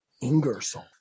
Ingersoll